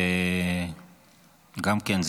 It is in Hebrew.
וגם כן,